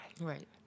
Right